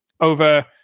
over